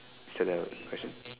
is that the question